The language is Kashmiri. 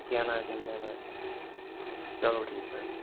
کیٚنہہ نہ حظ چھِنہٕ کیٚنہہ نہ حظ چھِ چلو ٹھیٖک حظ چھِ